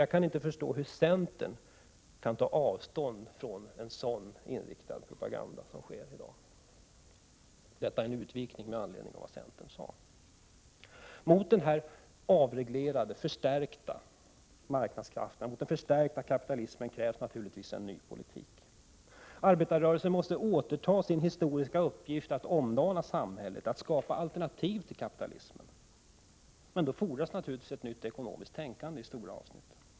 Jag kan inte förstå hur centern kan ta avstånd från propaganda med en sådan inriktning, som sker i dag. Detta var en utvikning med anledning av det centerns talare sade. Mot dessa avreglerade förstärkta marknadskrafter, mot den förstärkta kapitalismen, krävs naturligtvis en ny politik. Arbetarrörelsen måste återta sin historiska uppgift att omdana samhället, att skapa alternativ till kapitalismen. Men då fordras naturligtvis ett nytt ekonomiskt tänkande i stora avsnitt.